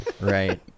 Right